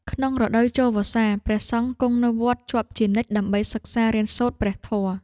ក្នុងរដូវចូលវស្សា ព្រះសង្ឃគង់នៅវត្តជាប់ជានិច្ចដើម្បីសិក្សារៀនសូត្រព្រះធម៌។